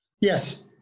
Yes